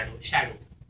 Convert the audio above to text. Shadows